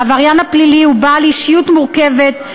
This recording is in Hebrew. העבריין הפלילי הוא בעל אישיות מורכבת,